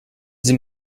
sie